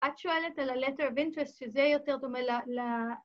את שואלת על ה-letter of interest שזה יותר דומה ל...